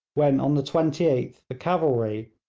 when on the twenty eighth the cavalry,